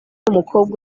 umukobwa